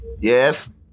Yes